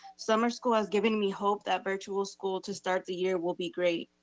summer school has given me hope that virtual school to start the year will be great.